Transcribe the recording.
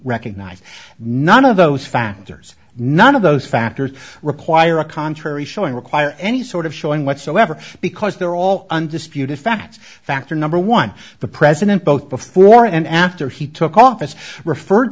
recognize none of those factors none of those factors require a contrary showing require any sort of showing whatsoever because they're all undisputed facts factor number one the president both before and after he took office referred